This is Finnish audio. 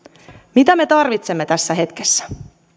mitä me tarvitsemme tässä hetkessä